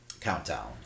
Countdown